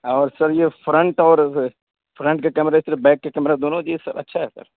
اور سر یہ فرنٹ اور فرنٹ کمیرہ کے لیے بیک کا کیمرہ دونوں چاہیے سر اچھا ہے سر